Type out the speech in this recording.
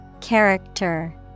character